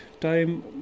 time